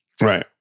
Right